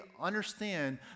understand